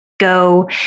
go